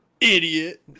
Idiot